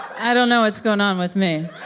i don't know what's going on with me,